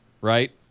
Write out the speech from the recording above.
right